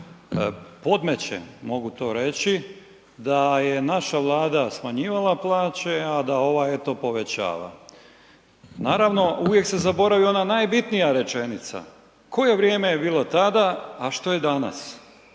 podmeće mogu to reći da je naša Vlada smanjivala plaće a da ova eto povećava. Naravno uvijek se zaboravi ona najbitnija rečenica, koje vrijeme je bilo tada a što je danas.